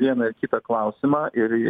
vieną ar kitą klausimą ir